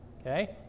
okay